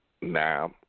Now